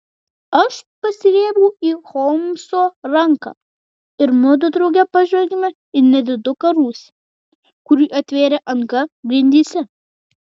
aš pasirėmiau į holmso ranką ir mudu drauge pažvelgėme į nediduką rūsį kurį atvėrė anga grindyse